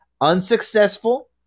Unsuccessful